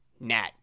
Nat